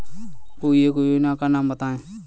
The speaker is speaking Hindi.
कोई एक योजना का नाम बताएँ?